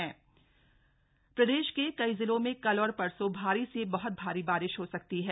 मौसम अपडेट प्रदेश के कई जिलों में कल और परसो भारी से बहत भारी बारिश हो सकती है